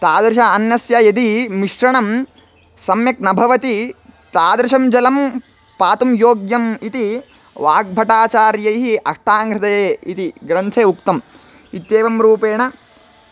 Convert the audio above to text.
तादृश अन्नस्य यदि मिश्रणं सम्यक् न भवति तादृशं जलं पातुं योग्यम् इति वाग्भटाचार्यैः अष्टाङ्गहृदये इति ग्रन्थे उक्तम् इत्येवं रूपेण